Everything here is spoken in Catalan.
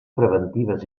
preventives